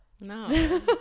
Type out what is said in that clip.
No